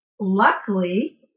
luckily